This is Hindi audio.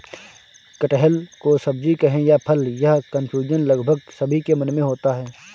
कटहल को सब्जी कहें या फल, यह कन्फ्यूजन लगभग सभी के मन में होता है